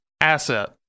asset